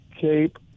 cape